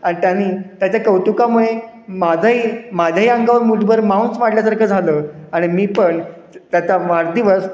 अन त्यानी त्याच्या कौतुकामुळे माझ्याही माझ्याही अंगावर मुठभर मांस वाढल्यासारखं झालं आणि मी पण त्याचा वाढदिवस